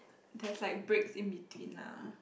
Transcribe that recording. that's like break in between lah